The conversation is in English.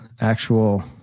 actual